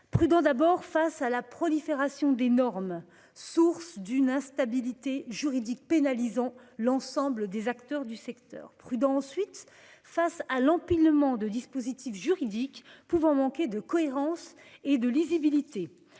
Prudents, d'abord, face à la prolifération des normes, source d'une instabilité juridique pénalisant l'ensemble des acteurs du secteur. Prudents, ensuite, face à l'empilement de dispositifs juridiques qui peuvent manquer de cohérence et de lisibilité.